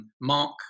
Mark